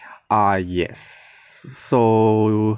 ah yes so